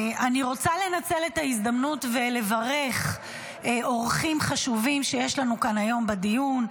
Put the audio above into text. אני רוצה לנצל את ההזדמנות ולברך אורחים חשובים שיש לנו כאן היום בדיון,